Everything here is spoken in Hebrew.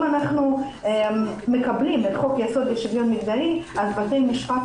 אם אנחנו מקבלים את חוק יסוד לשוויון מגדרי אז בתי משפט